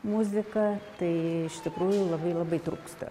muziką tai iš tikrųjų labai labai trūksta